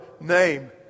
name